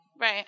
Right